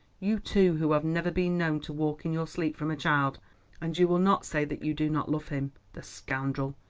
you, too, who have never been known to walk in your sleep from a child and you will not say that you do not love him the scoundrel.